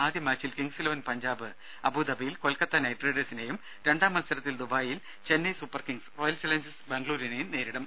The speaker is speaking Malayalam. ആദ്യ മാച്ചിൽ കിങ്സ് ഇലവൻ പഞ്ചാബ് അബൂദബിയിൽ കൊൽക്കത്ത നൈറ്റ് റൈഡൈഴ്സിനെയും രണ്ടാം മത്സരത്തിൽ ദുബായിൽ Chennai Super Kings Royal Challengers ബംഗൂളൂരുവിനേയും നേരിടും